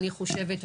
אני חושבת,